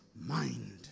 mind